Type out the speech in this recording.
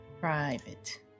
Private